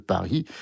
Paris